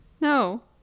No